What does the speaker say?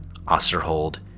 Osterhold